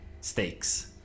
stakes